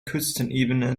küstenebene